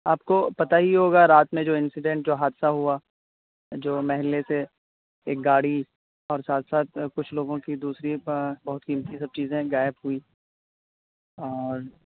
آپ کو پتہ ہی ہوگا رات میں جو انسیڈنٹ جو حادثہ ہوا جو محلے سے ایک گاڑی اور ساتھ ساتھ کچھ لوگوں کی دوسری بہت قیمتی سب چیزیں غائب ہوئی اور